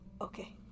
okay